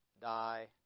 die